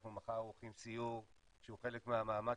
אנחנו מחר עורכים סיור שהוא חלק מהמאמץ